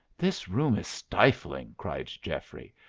this room is stifling, cried geoffrey.